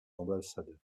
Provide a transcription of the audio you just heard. ambassadeurs